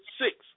six